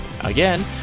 again